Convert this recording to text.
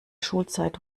schulzeit